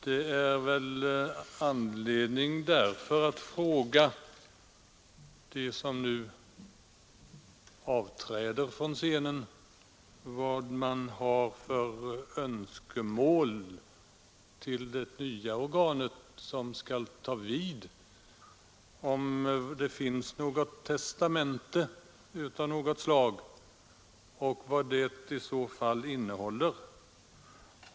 Det finns anledning att fråga dem som nu träder bort från scenen vad de har för önskemål till det nya organ som skall ta vid, om det finns något testamente av något slag och vad det i så fall innehåller.